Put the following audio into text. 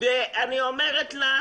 אני אראה לך